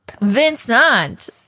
Vincent